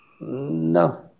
No